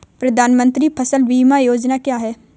प्रधानमंत्री फसल बीमा योजना क्या है?